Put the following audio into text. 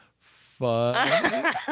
fun